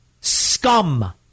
Scum